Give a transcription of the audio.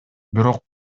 бирок